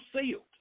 sealed